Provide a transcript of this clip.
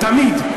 תמיד.